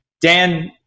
Dan